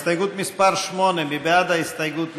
הסתייגות מס' 8, מי בעד ההסתייגות?